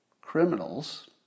criminals